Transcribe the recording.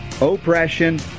oppression